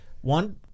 one